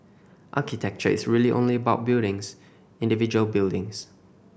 architecture is really only about buildings individual buildings